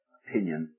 opinion